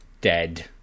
dead